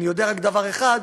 אני יודע רק דבר אחד: